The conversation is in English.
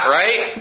right